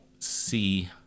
see